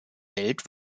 welt